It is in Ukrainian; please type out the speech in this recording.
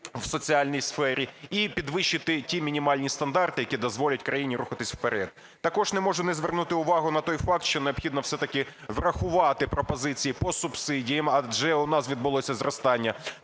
в соціальній сфері і підвищити ті мінімальні стандарти, які дозволять країні рухатись вперед. Також не можу не звернути увагу на той факт, що необхідно все-таки врахувати пропозиції по субсидіях, адже у нас відбулося зростання